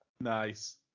Nice